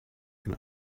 and